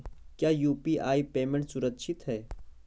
क्या UPI payment सुरक्षित है?